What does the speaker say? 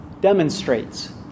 demonstrates